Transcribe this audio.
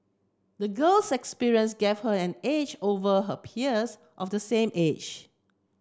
the girl's experience gave her an edge over her peers of the same age